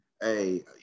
hey